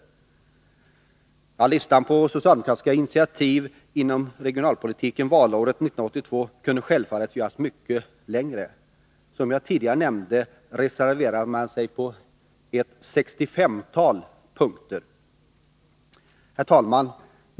Listan på socialdemokratiska initiativ inom regionalpolitiken valåret 1982 kunde självfallet göras mycket längre. Som jag tidigare nämnde reserverade man sig på ett sextiofemtal punkter. Herr talman!